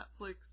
Netflix